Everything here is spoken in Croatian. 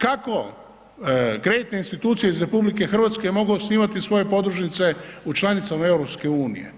Kako kreditne institucije iz RH mogu osnivati svoje podružnice u članicama EU?